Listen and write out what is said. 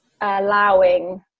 allowing